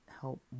help